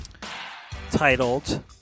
titled